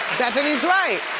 bethenny's right.